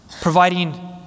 providing